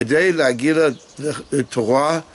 כדי להגיד את התורה